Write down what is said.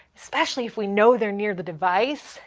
especially if we know they're near the device,